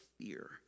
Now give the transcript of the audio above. fear